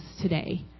today